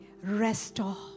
Restore